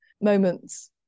moments